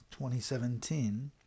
2017